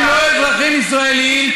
הם לא אזרחים ישראלים.